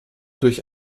durch